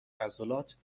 عضلات